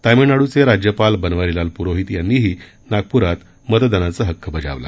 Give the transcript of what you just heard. तमिळनाडूचे राज्यपाल बनवारीलाल पुरोहित यांनीही नागपूर क्रि मतदानाचा हक्क बजावला